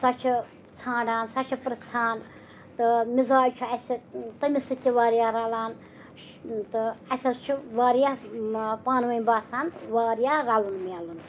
سۄ چھِ ژھانڈان سۄ چھِ پِرٛژھان تہٕ مِزاج چھُ اَسہِ تٔمِس سۭتۍ تہِ واریاہ رَلان تہٕ اَسہِ حظ چھِ واریاہ پانہٕ ؤنۍ باسان واریاہ رَلُن مِلُن